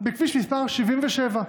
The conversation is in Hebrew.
בכביש מס' 77,